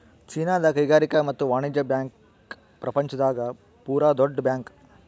ಚೀನಾದ ಕೈಗಾರಿಕಾ ಮತ್ತು ವಾಣಿಜ್ಯ ಬ್ಯಾಂಕ್ ಪ್ರಪಂಚ ದಾಗ ಪೂರ ದೊಡ್ಡ ಬ್ಯಾಂಕ್